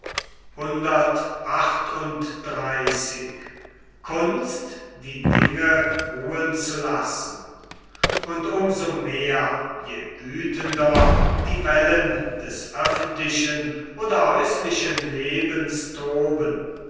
zu lassen und um so mehr je wüthender die wellen des öffentlichen oder häuslichen lebens toben